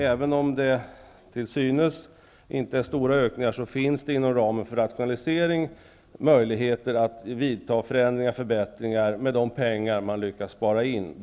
Även om det till synes inte är stora ökningar finns det inom ramen för rationaliseringen möjligheter att vidta förändringar och förbättringar med en del av de pengar man lyckas spara in.